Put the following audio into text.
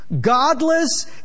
Godless